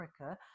Africa